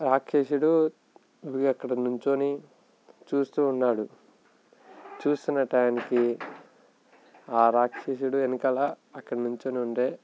రాక్షసుడు దిగి అక్కడ నిలుచొని చూస్తూ ఉన్నాడు చూస్తున్న టైంకి ఆ రాక్షసుడు వెనకాల అక్కడ నిలుచొని ఉంటే